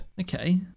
Okay